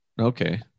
Okay